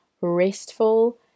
restful